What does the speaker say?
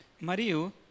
Mario